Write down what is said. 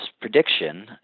prediction